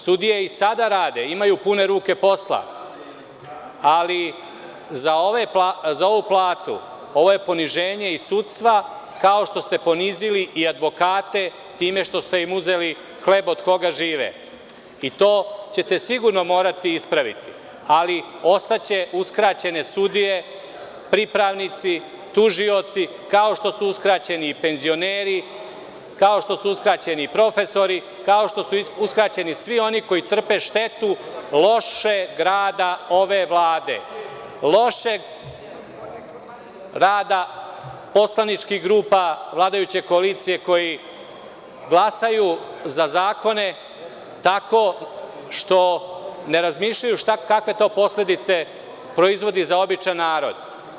Sudije i sada rade, imaju pune ruke posla, ali za ovu platu ovo je poniženje sudstva, kao što ste ponizili i advokate time što ste im uzeli hleb od koga žive i to ćete sigurno morati ispraviti, ali ostaće uskraćene sudije, pripravnici, tužioci, kao što su uskraćeni penzioneri, kao što su uskraćeni profesori, kao što su uskraćeni svi oni koji trpe štetu lošeg rada ove Vlade, lošeg rada poslaničkih grupa vladajuće koalicije koji glasaju za zakone tako što ne razmišljaju kakve to posledice proizvodi za običan narod.